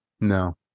No